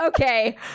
okay